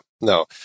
no